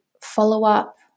follow-up